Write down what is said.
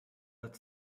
that